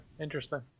interesting